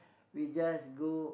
we just go